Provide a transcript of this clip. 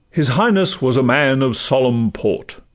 his highness was a man of solemn port,